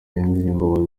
y’indirimbo